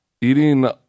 eating